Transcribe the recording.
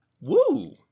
Woo